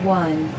one